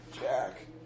Jack